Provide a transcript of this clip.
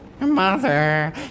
Mother